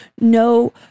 no